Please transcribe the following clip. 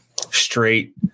straight